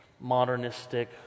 modernistic